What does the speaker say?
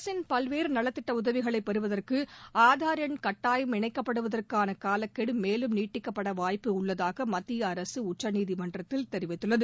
அரசின் பல்வேறு நலத்திட்ட உதவிகளை பெறுவதற்கு ஆதார் எண் கட்டாயம் இணைக்கப்படுவதற்கான காலக்கெடு மேலும் நீட்டிக்கப்பட வாய்ப்பு உள்ளதாக மத்திய அரசு உச்சநீதிமன்றத்தில் தெரிவித்துள்ளது